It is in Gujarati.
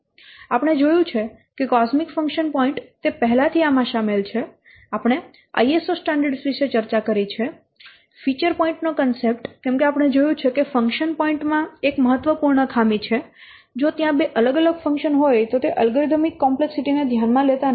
આપણે જોયું છે કે કોસ્મિક ફંક્શન પોઇન્ટ તે પહેલાથી આમાં શામેલ છે આપણે ISO સ્ટાન્ડર્ડ્સ વિશે ચર્ચા કરી છે ફીચર પોઇન્ટ નો કોન્સેપટ કેમ કે આપણે જોયું છે કે ફંક્શન પોઇન્ટ માં એક મહત્વપૂર્ણ ખામી છે જો ત્યાં બે અલગ અલગ ફંકશન હોય તો તે અલ્ગોરિધમિક કોમ્પ્લેક્સિટી ને ધ્યાનમાં લેતા નથી